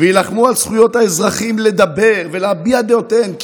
וילחמו על זכויות האזרחים לדבר ולהביע את דעותיהם,